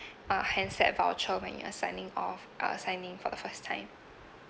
a handset voucher when you're signing off uh signing for a first time